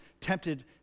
tempted